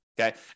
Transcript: Okay